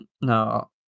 no